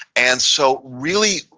and so, really,